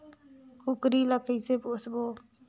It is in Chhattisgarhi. कूकरी ला कइसे पोसबो?